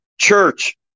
church